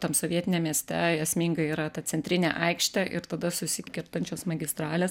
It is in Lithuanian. tam sovietiniam mieste esminga yra ta centrinė aikštė ir tada susikertančios magistralės